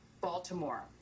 Baltimore